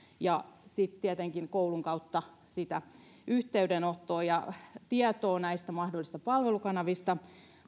ja sitten tietenkin tulisi koulun kautta sitä yhteydenottoa ja tietoa näistä mahdollisista palvelukanavista